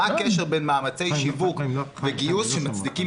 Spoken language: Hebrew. מה הקשר בין מאמצי שיווק וגיוס שמצדיקים